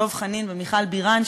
דב חנין ומיכל בירן,